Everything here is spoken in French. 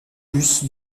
bus